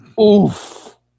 Oof